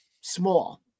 small